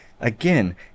again